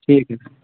ٹھیٖک چھُ